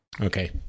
Okay